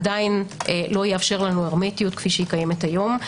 עדיין לא יאפשר לנו הרמטיות כפי שקיימת היום.